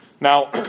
Now